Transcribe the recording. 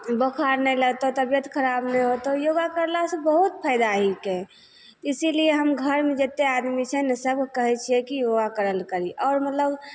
बोखार नहि लागतौ तबिअत खराब नहि होतौ योगा करलासे बहुत फायदा हिके इसीलिए हम घरमे जतेक आदमी छै ने सभके कहै छिए कि योगा करल करही आओर मतलब